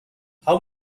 how